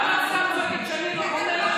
תלמד את חוק הפנסיה לפני שאתה,